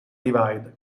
divide